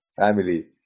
family